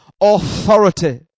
authority